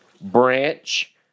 branch